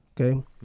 okay